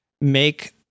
make